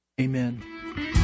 amen